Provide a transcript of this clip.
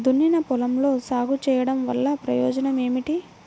దున్నిన పొలంలో సాగు చేయడం వల్ల ప్రయోజనం ఏమిటి?